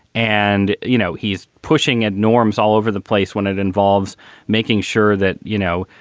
and, you know, he's pushing at norms all over the place when it involves making sure that, you know,